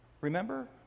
Remember